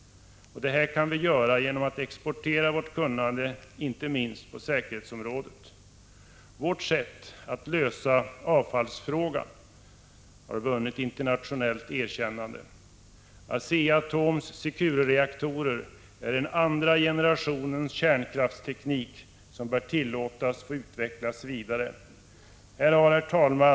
Detta kan ske genom att vi exporterar vårt kunnande inte minst på säkerhetsområdet. Vårt sätt att lösa avfallsfrågan har vunnit internationellt erkännande. ASEA-ATOM:s Securereaktorer är en andra generationens kärnkraftsteknik, som bör tillåtas få utvecklas vidare. Herr talman!